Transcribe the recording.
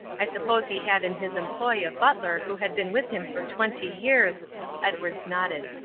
i suppose he had in his employ a butler who had been with him for twenty years edwards nodded.